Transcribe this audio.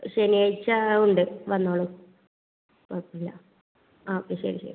ശനിയാഴ്ച ഉണ്ട് വന്നോളൂ കുഴപ്പമില്ല ആ ഓക്കെ ശരി ശരി